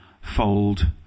fold